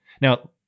Now